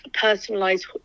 personalized